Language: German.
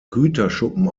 güterschuppen